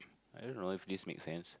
I don't know if this makes sense